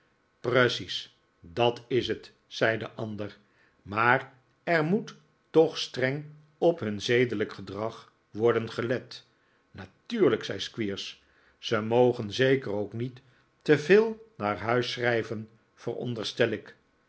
precies dat is het zei de ander maar er moet toch streng op hun zedelijk gedrag worden gelet natuurlijk zei squeers ze mogen zeker ook niet te veel naar huis schrijven veronderstel ik